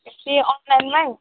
ए अनलाइनमा